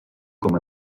com